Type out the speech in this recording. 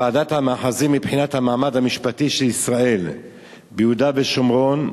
ועדת המאחזים לבחינת המעמד המשפטי של ישראל ביהודה ושומרון,